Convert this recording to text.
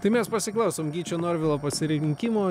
tai mes pasiklausom gyčio norvilo pasirinkimo